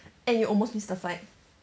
and you almost missed the flight